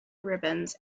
ribbons